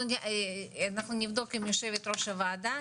אנחנו נבדוק עם יושבת ראש הוועדה,